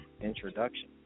Introduction